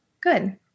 Good